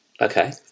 Okay